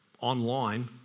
online